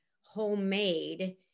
homemade